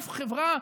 אף חברה,